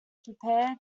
prepared